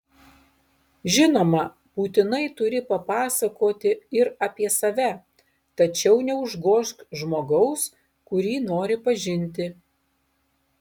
žinoma būtinai turi papasakoti ir apie save tačiau neužgožk žmogaus kurį nori pažinti